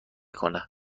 کنه